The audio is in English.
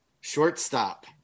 Shortstop